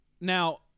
Now